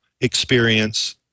experience